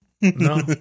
No